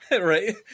Right